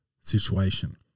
situation